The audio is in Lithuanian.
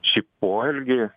šį poelgį